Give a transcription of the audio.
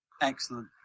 Excellent